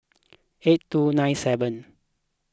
eight two nine seven